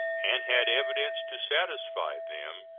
and had evidence to satisfy them,